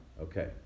Okay